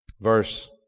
verse